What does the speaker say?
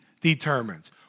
determines